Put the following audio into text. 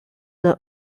than